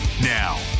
Now